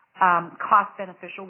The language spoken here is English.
cost-beneficial